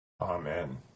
amen